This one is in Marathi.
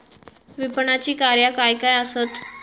विपणनाची कार्या काय काय आसत?